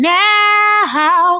now